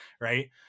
right